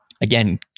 again